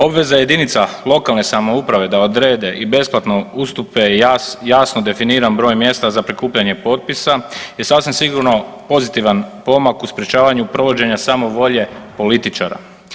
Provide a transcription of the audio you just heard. Obveza jedinica lokalne samouprave da odrede i besplatno ustupe jasno definiran broj mjesta za prikupljanje potpisa je sasvim sigurno pozitivan pomak u sprječavanju provođenja samovolje političara.